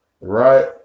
right